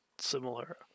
similar